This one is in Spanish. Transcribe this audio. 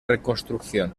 reconstrucción